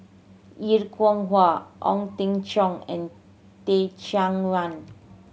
Er Kwong Wah Ong Teng Cheong and Teh Cheang Wan